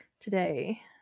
today